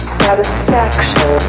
satisfaction